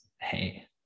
Hey